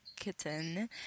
kitten